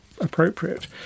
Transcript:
appropriate